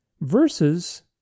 versus